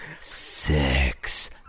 Six